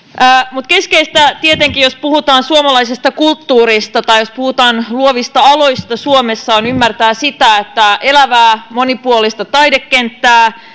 mutta keskeistä tietenkin jos puhutaan suomalaisesta kulttuurista tai jos puhutaan luovista aloista suomessa on ymmärtää sitä että elävää monipuolista taidekenttää